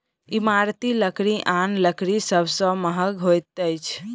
इमारती लकड़ी आन लकड़ी सभ सॅ महग होइत अछि